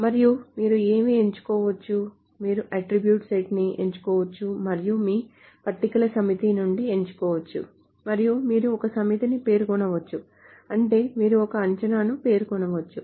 మరియు మీరు ఏమి ఎంచుకోవచ్చు మీరు అట్ట్రిబ్యూట్ సెట్ ని ఎంచుకోవచ్చు మరియు మీరు పట్టికల సమితి నుండి ఎంచుకోవచ్చు మరియు మీరు ఒక సమితిని పేర్కొనవచ్చు అంటే మీరు ఒక అంచనాను పేర్కొనవచ్చు